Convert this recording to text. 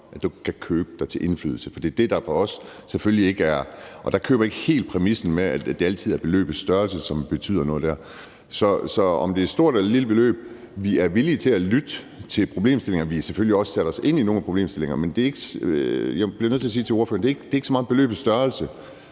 at du ikke kan købe dig til indflydelse, for det er det, der for os selvfølgelig ikke er i orden. Og der køber jeg ikke helt præmissen om, at det altid er beløbets størrelse, som betyder noget. Så om det er et stort eller lille beløb, er vi villige til at høre om problemstillingerne, og vi har selvfølgelig også sat os ind i nogle af problemstillingerne, men jeg bliver nødt til at sige